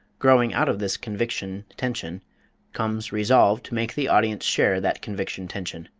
growing out of this conviction-tension comes resolve to make the audience share that conviction-tension.